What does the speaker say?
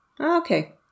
okay